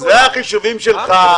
אלה החישובים שלך,